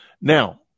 Now